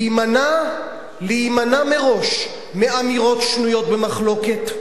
להימנע מראש מאמירות שנויות במחלוקת,